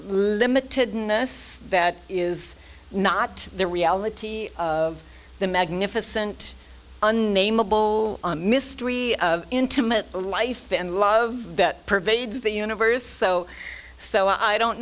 limited notice that is not the reality of the magnificent unnamable mystery of intimate life and love that pervades the universe so so i don't